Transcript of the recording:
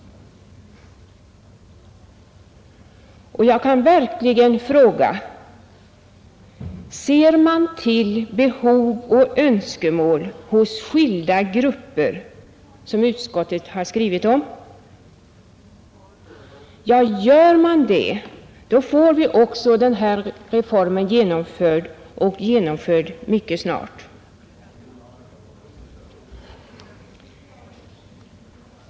Jag kan verkligen fråga: Ser man till behov och önskemål hos de skilda grupper som utskottet skrivit om? Gör man det, får vi också den här reformen genomförd — och mycket snart.